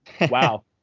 wow